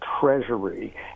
Treasury